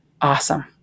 awesome